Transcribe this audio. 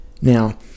Now